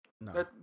No